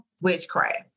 witchcraft